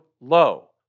low